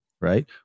right